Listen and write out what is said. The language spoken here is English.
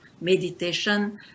meditation